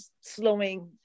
slowing